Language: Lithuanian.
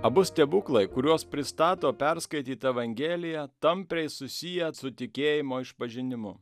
abu stebuklai kuriuos pristato perskaityta evangelija tampriai susiję su tikėjimo išpažinimu